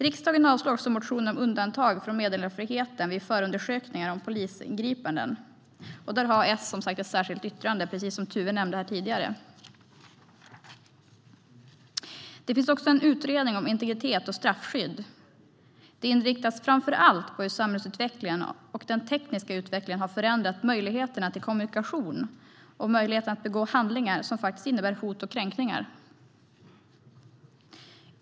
Utskottet avslår också motioner om undantag från meddelarfriheten vid förundersökningar och polisingripanden. Där har S ett särskilt yttrande, som Tuve nämnde tidigare. Det finns också en utredning om integritet och straffskydd. Den inriktas framför allt på hur samhällsutvecklingen och den tekniska utvecklingen har förändrat möjligheterna till kommunikation och möjligheten att begå handlingar som innebär hot och kränkningar.